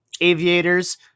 aviators